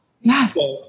Yes